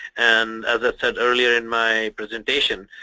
and as i said earlier in my presentation,